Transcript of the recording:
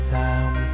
time